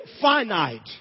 finite